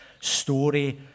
story